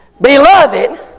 Beloved